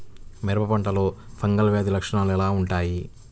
మిరప పంటలో ఫంగల్ వ్యాధి లక్షణాలు ఎలా వుంటాయి?